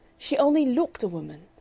she only looked a woman.